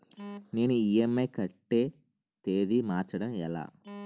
నేను ఇ.ఎం.ఐ కట్టే తేదీ మార్చడం ఎలా?